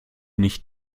nicht